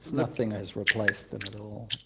nothing has replaced them at all.